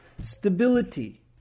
stability